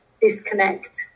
disconnect